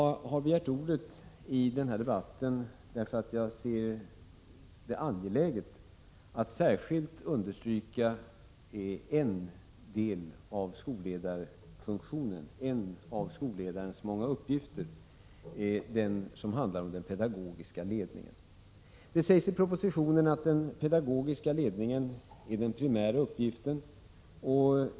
Jag har begärt ordet i denna debatt därför att jag ser det angeläget att särskilt understryka en del av skolledarfunktionen, en av skolledarens många uppgifter, nämligen den som handlar om den pedagogiska ledningen. Det sägs i propositionen att den pedagogiska ledningen är den primära uppgiften för skolledaren.